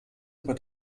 über